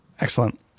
Excellent